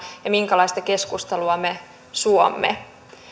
ja minkälaista keskustelua me suomme